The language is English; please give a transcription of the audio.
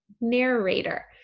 narrator